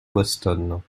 boston